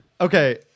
Okay